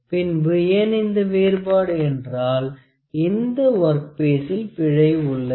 பின் ஏன் இந்த வேறுபாடு என்றால் இந்த ஒர்க் பீசில் பிழை உள்ளது